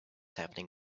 happening